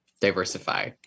diversify